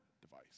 device